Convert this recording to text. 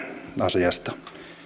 asiasta